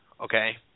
Okay